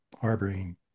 harboring